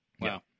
Wow